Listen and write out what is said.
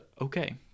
okay